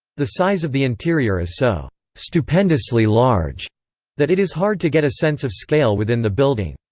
the size of the interior is so stupendously large that it is hard to get a sense of scale within the building.